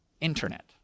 internet